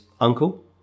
uncle